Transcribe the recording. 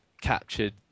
captured